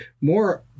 more